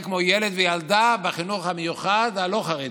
כמו ילד או ילדה בחינוך המיוחד הלא-חרדי.